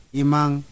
imang